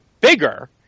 bigger